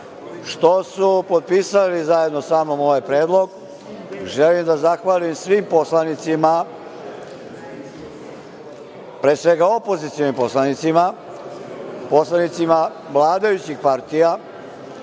što su potpisali zajedno sa mnom ovaj predlog. Želim da zahvalim svim poslanicima, pre svega opozicionim poslanicima, poslanicima vladajućih partija,